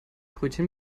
brötchen